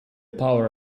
power